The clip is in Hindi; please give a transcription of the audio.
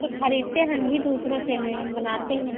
तो खरीदते हम भी दूसरों से हैं बनाते हैं